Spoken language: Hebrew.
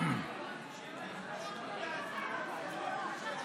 יעבור לוועדת